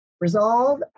Resolve